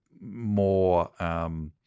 more